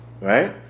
right